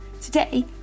Today